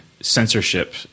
censorship